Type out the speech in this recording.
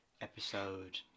episode